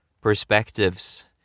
perspectives